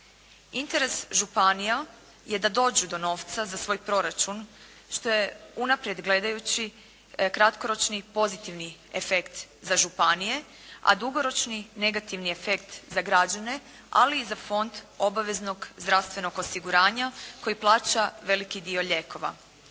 Interes županija je da dođu do novca za svoj proračun što je unaprijed gledajući kratkoročni pozitivni efekt za županije, a dugoročni negativni efekt za građane, ali i za Fond obaveznog zdravstvenog osiguranja koji plaća veliki dio lijekova.